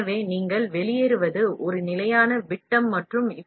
எனவே இவ்விடத்தில் வெளியேற்றப்படுவது ஒரு நிலையான வட்டத்தைக் கொண்டிருக்கும்